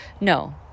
No